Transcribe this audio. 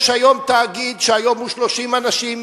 יש תאגיד שהיום הוא 30 אנשים,